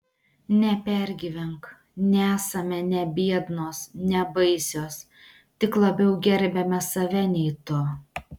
nepergyvenk nesame ne biednos ne baisios tik labiau gerbiame save nei tu